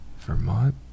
Vermont